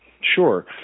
Sure